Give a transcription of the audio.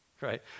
right